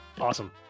awesome